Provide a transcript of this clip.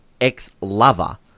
ex-lover